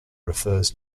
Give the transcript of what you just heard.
refers